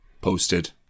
posted